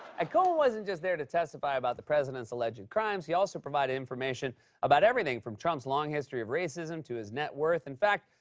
and cohen wasn't just there to testify about the president's alleged crimes. he also provided information about everything from trump's long history of racism to his net worth. in fact,